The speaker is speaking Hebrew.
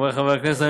חברי חברי הכנסת,